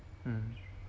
mm